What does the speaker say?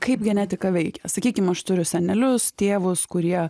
kaip genetika veikia sakykim aš turiu senelius tėvus kurie